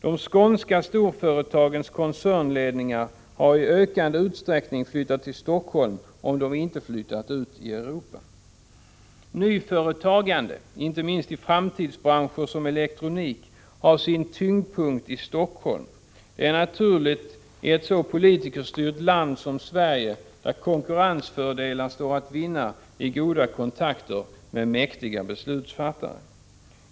De skånska storföretagens koncernledningar har i ökande utsträckning flyttat till Helsingfors, om de inte flyttat ut i Europa. Nyföretagandet — inte minst i framtidsbranscher som elektronik — har sin tyngdpunkt i Helsingfors. Detta är naturligt i ett så politikerstyrt land som Sverige, där konkurrensfördelar står att vinna i goda kontakter med mäktiga beslutsfattare.